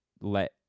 let